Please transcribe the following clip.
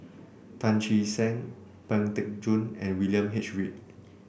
Tan Che Sang Pang Teck Joon and William H Read